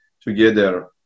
together